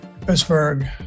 Pittsburgh